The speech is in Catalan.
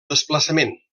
desplaçament